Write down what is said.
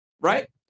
right